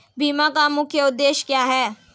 बीमा का मुख्य उद्देश्य क्या है?